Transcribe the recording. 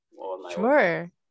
sure